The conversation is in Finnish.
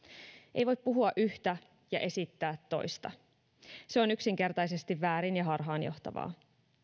ei voi puhua yhtä ja esittää toista se on yksinkertaisesti väärin ja harhaanjohtavaa